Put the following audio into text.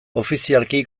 ofizialki